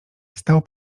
stał